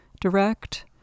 direct